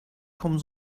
kommen